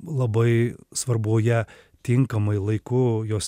labai svarbu ją tinkamai laiku jos